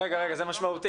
רגע, זה משמעותי.